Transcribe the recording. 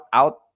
out